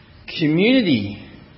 community